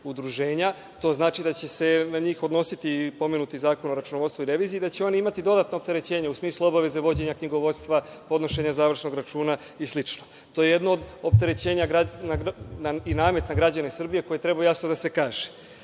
to znači da će se na njih odnositi pomenuti zakon o računovodstvu i reviziji i da će on imati dodatno opterećenje u smislu obaveze vođenja knjigovodstva, podnošenja završnog računa i slično. To je jedno od opterećenja i namet građanima Srbije koji treba jasno da se kaže. Mene